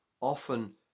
often